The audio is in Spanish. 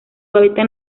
hábitat